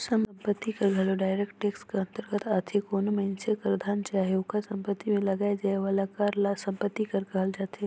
संपत्ति कर घलो डायरेक्ट टेक्स कर अंतरगत आथे कोनो मइनसे कर धन चाहे ओकर सम्पति में लगाए जाए वाला कर ल सम्पति कर कहल जाथे